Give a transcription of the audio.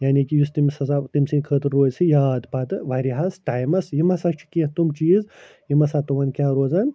یعنی کہ یُس تٔمِس ہَسا تٔمۍ سٕنٛدۍ خٲطرٕ روزِ سُہ یاد پَتہٕ واریاہَس ٹایمَس یِم ہَسا چھِ کیٚنٛہہ تِم چیٖز یِم ہَسا تِمَن کیٛاہ روزَن